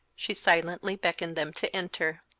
she silently beckoned them to enter.